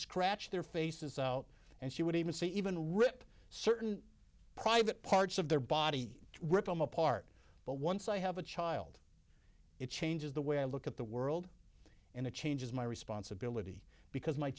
scratch their faces and she would even say even rip certain private parts of their body to rip them apart but once i have a child it changes the way i look at the world and it changes my responsibility because my